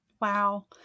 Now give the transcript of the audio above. Wow